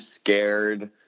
scared